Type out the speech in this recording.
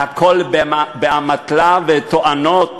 והכול באמתלה ובתואנות